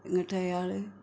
എന്നിട്ടയാൾ